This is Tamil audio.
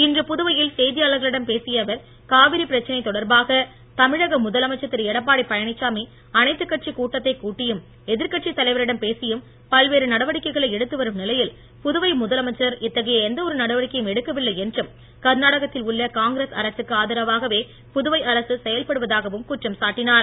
இன்று புதுவையில் செய்தியாளர்களிடம் பேசிய அவர் காவிரி பிரச்சனை தொடர்பாக தமிழக முதலமைச்சர் திரு எடப்பாடி பழனிச்சாமி அனைத்துக் கட்சி கூட்டத்தைக் கூட்டியும் எதிர்கட்சி தலைவரிடம் பேசியும் பல்வேறு நடவடிக்கைகளை எடுத்து வரும் நிலையில் புதுவை முதலமைச்சர் இத்தகைய எந்த ஒரு நடவடிக்கையும் எடுக்கவில்லை என்றும் கர்நாடகத்தில் உள்ள காங்கிரஸ் அரசுக்கு ஆதரவாகவே புதுவை அரசு செயல்படுவதாகவும் குற்றம் சாட்டினார்